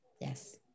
Yes